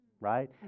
right